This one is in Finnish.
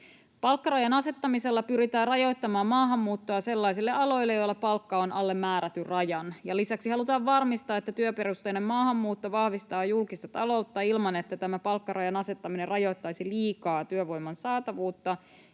Palkkarajan asettamisella pyritään rajoittamaan maahanmuuttoa sellaisille aloille, joilla palkka on alle määrätyn rajan, ja lisäksi halutaan varmistaa, että työperusteinen maahanmuutto vahvistaa julkista taloutta ilman, että tämä palkkarajan asettaminen rajoittaisi liikaa työvoiman saatavuutta,